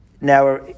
Now